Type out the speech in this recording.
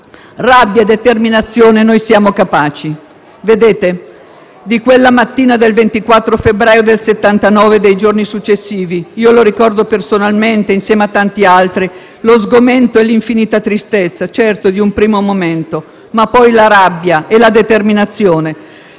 rabbia e determinazione noi siamo capaci». Di quella mattina del 24 febbraio del 1979 e dei giorni successivi io ricordo personalmente, insieme a tanti altri, lo sgomento e l'infinita tristezza, certo, di un primo momento, ma poi la rabbia e la determinazione;